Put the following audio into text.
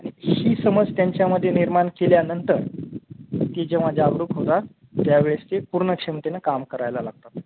ही समज त्यांच्यामध्ये निर्माण केल्यानंतर ती जेव्हा जागरूक होता त्यावेळेस ते पूर्ण क्षमतेने काम करायला लागतात